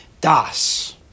Das